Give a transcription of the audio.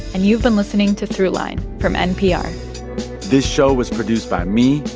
and you've been listening to throughline from npr this show was produced by me.